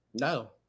No